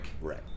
Right